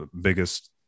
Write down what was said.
biggest